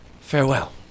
farewell